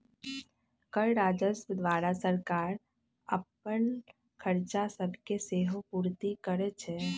कर राजस्व द्वारा सरकार अप्पन खरचा सभके सेहो पूरति करै छै